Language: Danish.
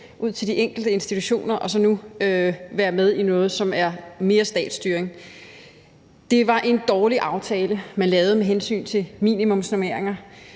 i dag, og så nu se ordføreren være med i noget, som er mere statsstyring. Det var en dårlig aftale, man lavede med hensyn til minimumsnormeringer,